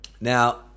Now